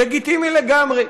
לגיטימי לגמרי.